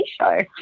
show